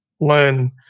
learn